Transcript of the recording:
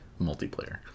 multiplayer